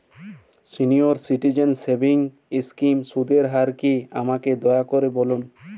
senior citizen savings স্কিমের সুদের হার কী আমাকে দয়া করে বলুন